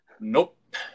Nope